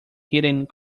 hitting